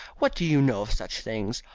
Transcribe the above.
what do you know of such things?